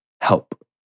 help